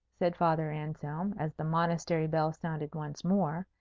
said father anselm, as the monastery bell sounded once more,